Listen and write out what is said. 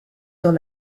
dans